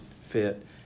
fit